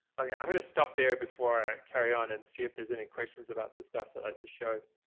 ah yeah i'm going to stop there before i carry on and see if there's any questions about the stuff that i just showed.